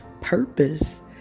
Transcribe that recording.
purpose